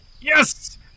Yes